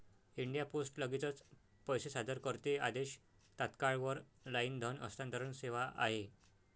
India post लगेचच पैसे सादर करते आदेश, तात्काळ वर लाईन धन हस्तांतरण सेवा आहे